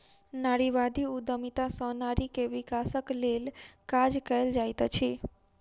नारीवादी उद्यमिता सॅ नारी के विकासक लेल काज कएल जाइत अछि